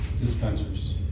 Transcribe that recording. dispensers